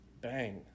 bang